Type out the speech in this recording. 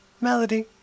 Melody